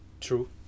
True